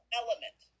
element